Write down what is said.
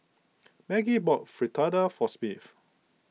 Maggie bought Fritada for Smith